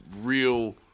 real